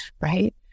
right